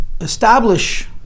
establish